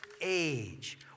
age